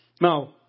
Now